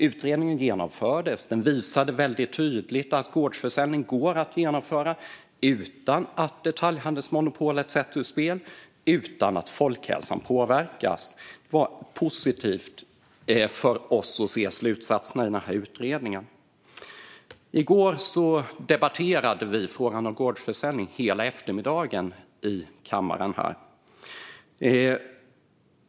Utredningen genomfördes och visade tydligt att gårdsförsäljning går att genomföra utan att detaljhandelsmonopolet sätts ur spel och utan att folkhälsan påverkas. Det var positivt för oss att se slutsatserna i utredningen. I går debatterade vi frågan om gårdsförsäljning hela eftermiddagen här i kammaren.